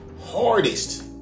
hardest